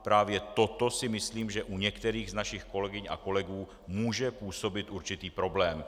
Právě toto si myslím, že u některých z našich kolegyň a kolegů může působit určitý problém.